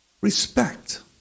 respect